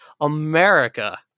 America